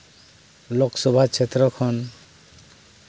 ᱞᱳᱠ ᱥᱚᱵᱷᱟ ᱪᱷᱮᱛᱨᱚ ᱠᱷᱚᱱ